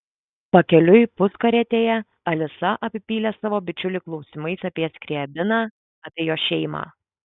pakeliui puskarietėje alisa apipylė savo bičiulį klausimais apie skriabiną apie jo šeimą